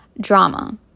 drama